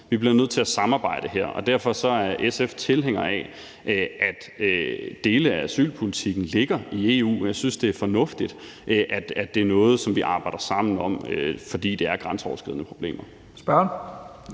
Vi bliver nødt til at samarbejde her, og derfor er SF tilhænger af, at dele af asylpolitikken ligger i EU, og jeg synes, det er fornuftigt, at det er noget, vi arbejder sammen om, fordi det er grænseoverskridende problemer.